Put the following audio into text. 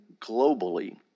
globally